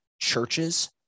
churches